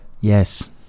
Yes